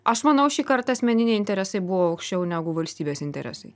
aš manau šį kartą asmeniniai interesai buvo aukščiau negu valstybės interesai